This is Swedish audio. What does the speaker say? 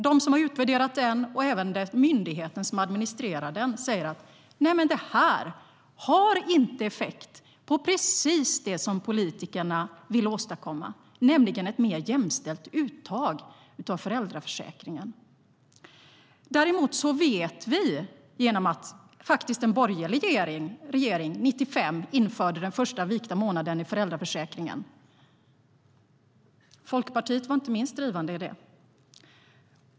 De som har utvärderat den säger, liksom myndigheten som administrerar den, att detta inte ger den effekt som politikerna vill åstadkomma, nämligen ett mer jämställt uttag av föräldraförsäkringen. Den första vikta månaden i föräldraförsäkringen infördes 1995 på initiativ av en borgerlig regering. Inte minst Folkpartiet var drivande.